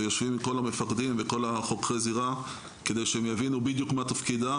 ויושבים עם כל המפקדים וכל חוקרי הזירה כדי שהם יבינו בדיוק מה תפקידם,